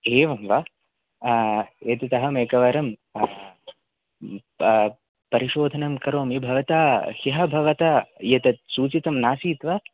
एवं वा एततः अहम् एकवारं परिशोधनं करोमि भवता ह्यः भवता एतत् सूचितं नासीत् वा